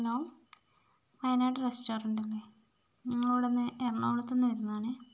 hello Wayanad restaurant അല്ലേ ഞങ്ങൾ ഇവിടുന്ന് എറണാകുളത്തുനിന്ന് വരുന്നതാണേ